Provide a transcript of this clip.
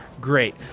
great